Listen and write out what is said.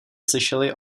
slyšeli